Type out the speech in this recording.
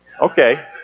Okay